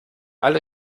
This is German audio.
alle